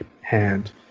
Hand